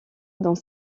dans